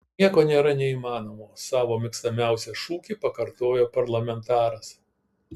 nieko nėra neįmanomo savo mėgstamiausią šūkį pakartojo parlamentaras